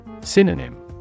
Synonym